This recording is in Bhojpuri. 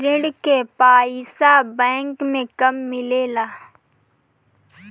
ऋण के पइसा बैंक मे कब मिले ला?